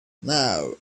now